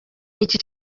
iki